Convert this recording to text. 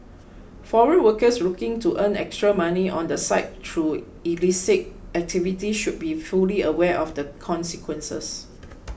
foreign workers looking to earn extra money on the side through illicit activities should be fully aware of the consequences